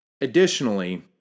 Additionally